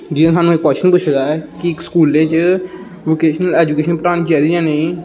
जियां साह्नू कोआशन पुच्छे दा हा कि स्कूलें च वोकेशनल एजुकेशन पढ़़ानी चाहिदी जां नेईं